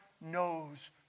knows